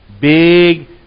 big